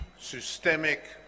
systemic